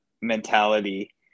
mentality